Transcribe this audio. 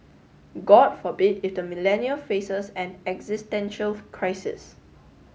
god forbid it the Millennial faces an existential crisis